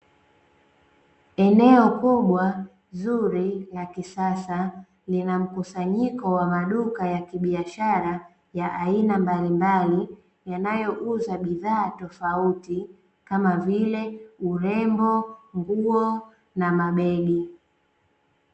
Eneo kubwa zuri la kisasa, lina mkusanyiko wa maduka ya kibiashara ya aina mbalimbali, yanayouza bidhaa tofauti kama vile urembo, nguo na mabegi.